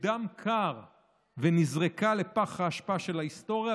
בדם קר ונזרקה לפח האשפה של ההיסטוריה,